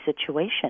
situation